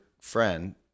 friend